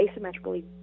asymmetrically